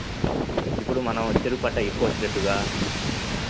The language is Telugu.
ఇప్పుడు మన చెఱుకు పంట ఎక్కువ వచ్చేటట్టుగా